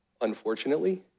unfortunately